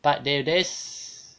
but there there's